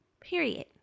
period